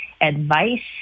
advice